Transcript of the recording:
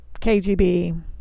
KGB